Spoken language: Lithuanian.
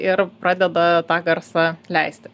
ir pradeda tą garsą leisti